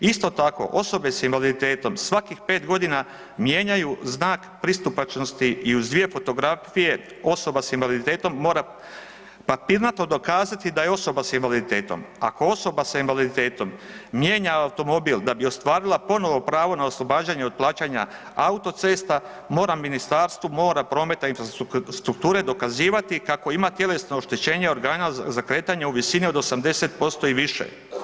Isto tako, osobe s invaliditetom svakih 5 godina mijenjaju znak pristupačnosti i uz dvije fotografije osoba s invaliditetom mora papirnato dokazati da je osoba s invaliditetom, ako osoba s invaliditetom mijenja automobil da bi ostvarila ponovo pravo na oslobađanje od plaćanja autocesta mora Ministarstvu mora, prometa i infrastrukture dokazivati kako ima tjelesno oštećenje organa u visini od 80% i više.